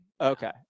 Okay